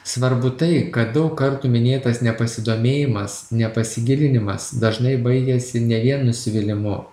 svarbu tai kad daug kartų minėtas nepasidomėjimas nepasigilinimas dažnai baigiasi ne vien nusivylimu